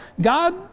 God